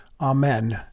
Amen